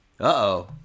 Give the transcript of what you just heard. Uh-oh